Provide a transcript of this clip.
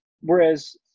Whereas